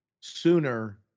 sooner